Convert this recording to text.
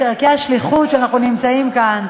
רק חסר, ערכי השליחות, כשאנחנו נמצאים כאן,